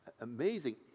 Amazing